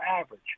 average